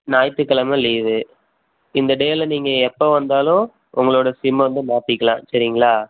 ஞாயித்துக்கெழமை leave இந்த டேவில் நீங்கள் எப்போ வந்தாலும் உங்களோடய சிம்மை வந்து மாற்றிக்கலாம் சரிங்களா